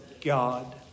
God